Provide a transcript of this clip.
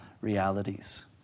realities